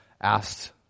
asked